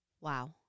Wow